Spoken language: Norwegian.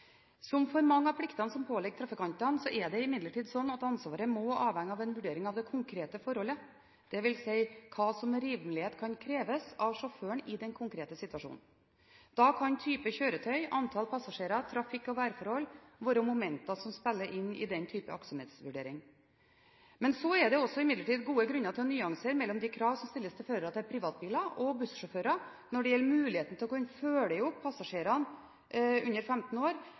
Som for mange av pliktene som påligger trafikantene, er det imidlertid sånn at ansvaret må avhenge av en vurdering av det konkrete forholdet, dvs. hva som med rimelighet kan kreves av sjåføren i den konkrete situasjonen. Da kan type kjøretøy, antall passasjerer, trafikk og værforhold være momenter som spiller inn i aktsomhetsvurderingen. Det er imidlertid også gode grunner til å nyansere mellom de krav som stilles til førere av privatbiler, og de krav som stilles til bussjåfører når det gjelder muligheten til å kunne følge opp passasjerer under 15 år